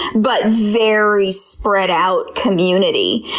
but very spread out community.